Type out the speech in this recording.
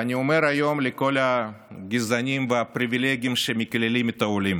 אני אומר היום לכל הגזענים והפריבילגים שמקללים את העולים: